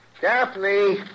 Daphne